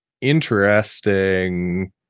interesting